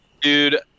Dude